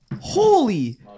Holy